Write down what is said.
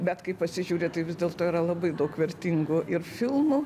bet kai pasižiūri tai vis dėlto yra labai daug vertingų ir filmų